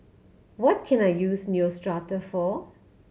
what can I use Neostrata for